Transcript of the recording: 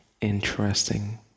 interesting